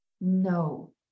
no